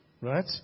Right